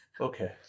Okay